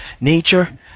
nature